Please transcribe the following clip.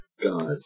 God